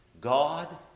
God